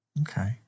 Okay